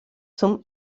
zum